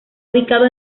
ubicado